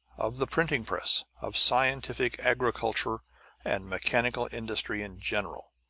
of the printing-press, of scientific agriculture and mechanical industry in general.